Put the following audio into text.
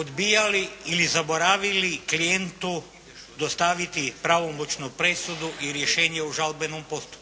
odbijali ili zaboravili klijentu dostaviti pravomoćnu presudu i rješenje o žalbenom postupku.